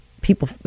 People